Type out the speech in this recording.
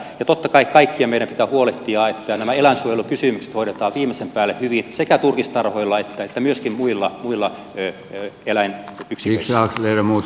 ja totta kai kaikkien meidän pitää huolehtia että nämä eläinsuojelukysymykset hoidetaan viimeisen päälle hyvin sekä turkistarhoilla että myöskin muilla huvila eli eläin on yksi ja muissa eläinyksiköissä